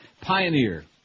pioneer